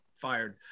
fired